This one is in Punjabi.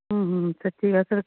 ਸੱਚੀ ਗੱਲ ਸਰ ਕ